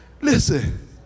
listen